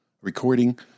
recording